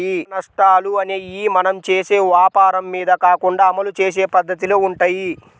లాభనష్టాలు అనేయ్యి మనం చేసే వ్వాపారం మీద కాకుండా అమలు చేసే పద్దతిలో వుంటయ్యి